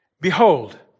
Behold